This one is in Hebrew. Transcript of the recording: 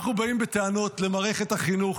אנחנו באים בטענות למערכת החינוך,